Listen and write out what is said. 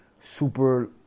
super